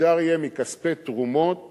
אפשר יהיה מכספי תרומות